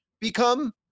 become